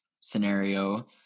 scenario